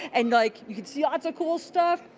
and like you can see lots of cool stuff.